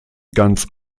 ganz